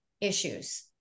issues